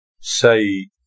Say